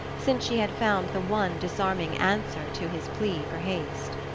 since she had found the one disarming answer to his plea for haste.